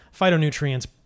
phytonutrients